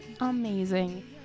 amazing